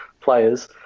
players